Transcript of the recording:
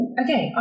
okay